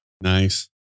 nice